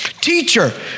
teacher